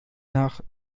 nach